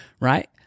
right